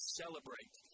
celebrate